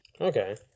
Okay